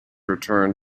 return